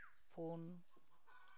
ᱯᱩᱱ